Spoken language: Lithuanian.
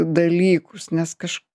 dalykus nes kaž